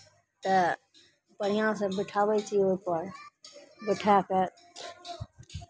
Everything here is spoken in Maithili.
तऽ बढ़िआँसँ बिठाबै छियै ओहिपर बैठा कऽ